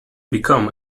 become